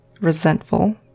resentful